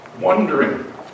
wondering